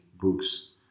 books